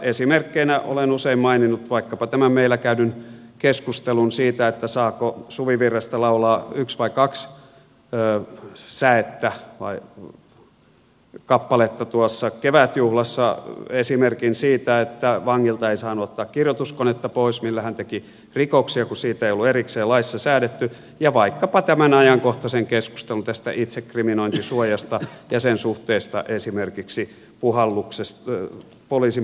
esimerkkeinä olen usein maininnut vaikkapa tämän meillä käydyn keskustelun siitä saako suvivirrestä laulaa yhden vai kaksi kappaletta kevätjuhlassa esimerkin siitä että vangilta ei saanut ottaa pois kirjoituskonetta millä hän teki rikoksia kun siitä ei ollut erikseen laissa säädetty ja vaikkapa tämän ajankohtaisen keskustelun tästä itsekriminointisuojasta ja sen suhteesta esimerkiksi poliisin puhallusratsiasta kieltäytymiseen